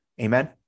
Amen